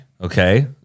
Okay